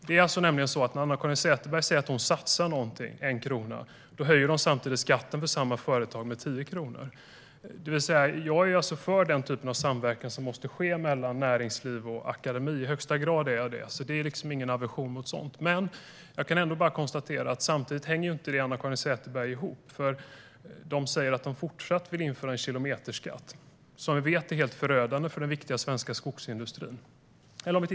Det är nämligen så att när Anna-Caren Sätherberg säger att hon satsar någonting, till exempel 1 krona, då höjer hon samtidigt skatten för samma företag med 10 kronor. Jag är också i högsta grad för en samverkan mellan näringsliv och akademi; någon sådan aversion finns inte. Jag kan konstatera att det som Anna-Caren Sätherberg säger inte hänger ihop. Ni vill införa kilometerskatt, som vi vet är helt förödande för den viktiga svenska skogsindustrin.